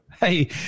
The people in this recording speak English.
hey